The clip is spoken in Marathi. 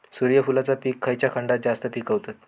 सूर्यफूलाचा पीक खयच्या खंडात जास्त पिकवतत?